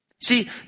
See